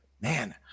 man